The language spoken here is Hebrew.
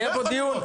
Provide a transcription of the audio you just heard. היה פה דיון,